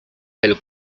del